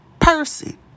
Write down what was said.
person